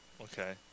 Okay